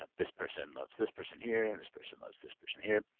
ah this person loves this person here, and this person loves this person here.